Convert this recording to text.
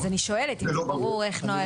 זה לא ברור.